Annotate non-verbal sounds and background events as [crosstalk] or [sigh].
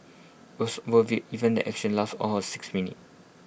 worth [unintelligible] even the action lasted all of six minutes